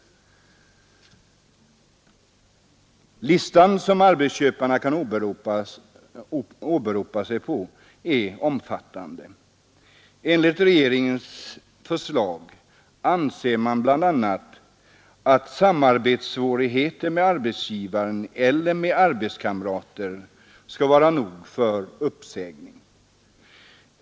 Listan som arbetsköparna kan åberopa är omfattande. Enligt regeringsförslaget anses bl.a. att samarbetssvårigheter med arbetsgivaren eller med arbetskamrater skall vara nog för uppsägning.